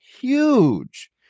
huge